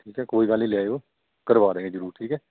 ਠੀਕ ਹੈ ਕੋਈ ਗੱਲ ਨਹੀਂ ਲੈ ਆਇਓ ਕਰਵਾ ਦਾਂਗੇ ਜਰੂਰ ਠੀਕ ਹੈ